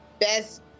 best